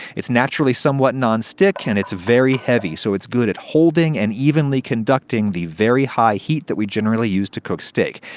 it's naturally somewhat nonstick and it's very heavy, so it's good at holding and evenly conducting the very high heat that we generally use to cook steak.